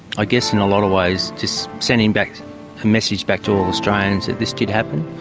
ah guess in a lot of ways just sending back, a message back to all australians that this did happen.